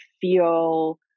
feel